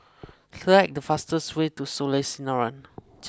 select the fastest way to Soleil Sinaran